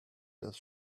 does